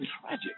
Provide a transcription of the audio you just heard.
tragic